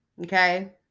Okay